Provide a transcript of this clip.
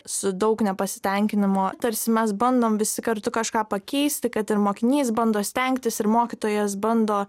su daug nepasitenkinimo tarsi mes bandom visi kartu kažką pakeisti kad ir mokinys bando stengtis ir mokytojas bando